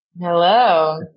Hello